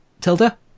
Tilda